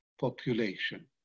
population